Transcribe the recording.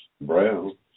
Brown